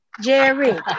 Jerry